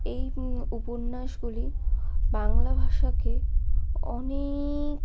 এই উপন্যাসগুলি বাংলা ভাষাকে অনেক